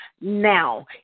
now